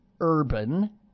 urban